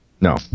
No